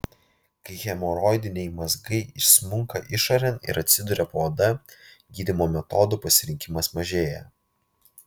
kai hemoroidiniai mazgai išsmunka išorėn ir atsiduria po oda gydymo metodų pasirinkimas mažėja